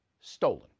stolen